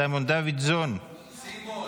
סיימון דוידסון -- סימון.